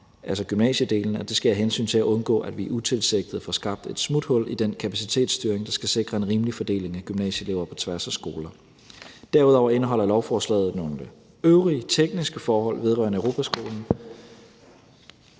altså gymnasiedelen, og det sker for at undgå, at vi utilsigtet får skabt et smuthul i den kapacitetsstyring, der skal sikre en rimelig fordeling af gymnasieelever på tværs af skoler. Derudover indeholder lovforslaget nogle øvrige tekniske forhold vedrørende Europaskolen.